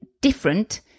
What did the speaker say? different